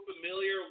familiar